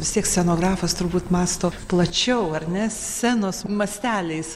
vis tiek scenografas turbūt mąsto plačiau ar ne scenos masteliais